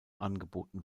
angeboten